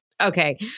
Okay